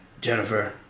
Jennifer